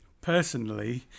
personally